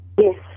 Yes